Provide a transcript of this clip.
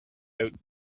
out